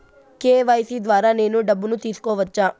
KYC ద్వారా నేను డబ్బును తీసుకోవచ్చా?